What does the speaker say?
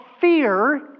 fear